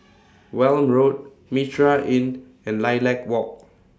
Welm Road Mitraa Inn and Lilac Walk